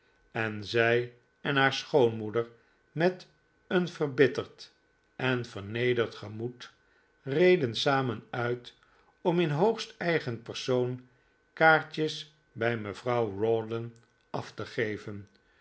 en zij en haar schoonmoeder met een verbitterd en vernederd gemoed reden samen uit om in hoogst eigen persoon kaartjes bij mevrouw rawdon af te geven